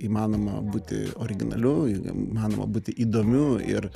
įmanoma būti originaliu įmanoma būti įdomiu ir